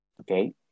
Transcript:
Okay